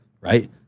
right